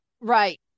Right